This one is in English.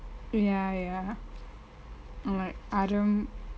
ya ya like அரம்:aram